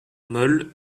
molles